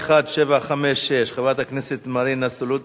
אדוני, שאילתא מס' 1756, של חברת הכנסת סולודקין,